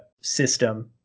system